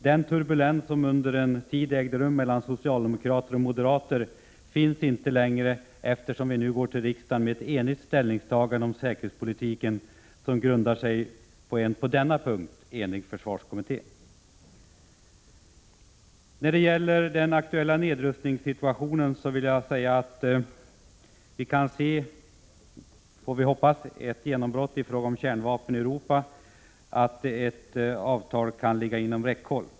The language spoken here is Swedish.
Den turbulens som under en tid förekom mellan socialdemokrater och moderater finns inte längre, eftersom vi nu går till riksdagen med ett enhälligt ställningstagande om säkerhetspolitiken, vilket grundar sig på en på denna punkt enig försvarskommitté. Vad gäller den aktuella nedrustningssituationen vill jag säga att ett genombrott i frågan om kärnvapen i Europa förhoppningsvis är på väg, innebärande att ett avtal skulle kunna ligga inom räckhåll.